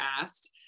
asked